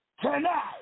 Tonight